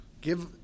give